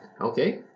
okay